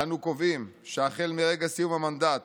"אנו קובעים שהחל מרגע סיום המנדט,